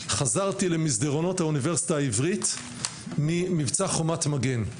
חזרתי למסדרונות האוניברסיטה העברית ממבצע "חומת מגן".